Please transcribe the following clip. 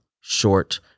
short